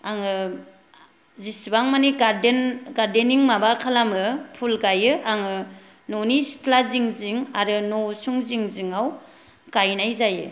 आङो जिसिबां मानि गार्देन गार्देनिं माबा खालामो फुल गायो आङो न'नि सिथला जिं जिं आरो न' उसुं जिं जिङाव गायनाय जायो